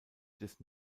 des